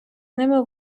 ними